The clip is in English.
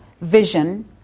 vision